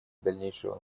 дальнейшего